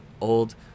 old